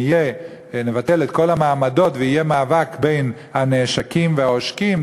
ונבטל את כל המעמדות ויהיה מאבק בין הנעשקים והעושקים,